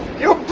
yo